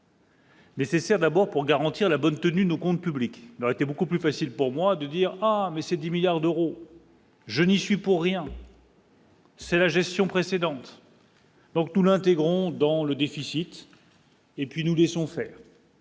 Nécessaire, d'abord pour garantir la bonne tenue, nos comptes publics n'aurait été beaucoup plus facile pour moi de dire, mais c'est 10 milliards d'euros. Je n'y suis pour rien. C'est la gestion précédente. Donc nous l'intégrons dans le déficit et puis nous laissons faire.